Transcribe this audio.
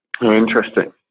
Interesting